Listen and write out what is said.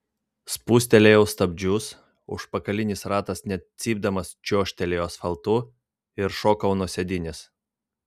spustelėjau stabdžius užpakalinis ratas net cypdamas čiuožtelėjo asfaltu ir šokau nuo sėdynės